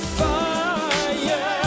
fire